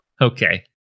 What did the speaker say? Okay